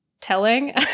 telling